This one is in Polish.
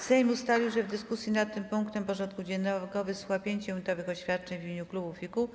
Sejm ustalił, że w dyskusji nad tym punktem porządku dziennego wysłucha 5-minutowych oświadczeń w imieniu klubów i kół.